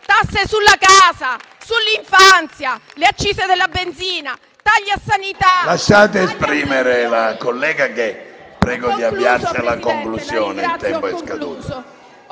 Tasse sulla casa, sull'infanzia, le accise della benzina, tagli alla sanità…